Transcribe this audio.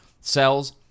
cells